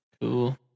Cool